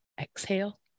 Exhale